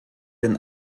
denn